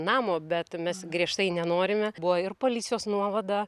namo bet mes griežtai nenorime buvo ir policijos nuovada